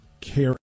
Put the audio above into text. care